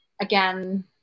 again